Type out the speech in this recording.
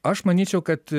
aš manyčiau kad